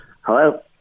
Hello